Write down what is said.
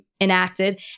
enacted